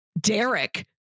derek